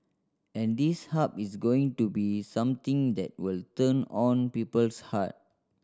and this Hub is going to be something that will turn on people's heart